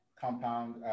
compound